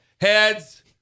Heads